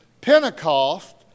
Pentecost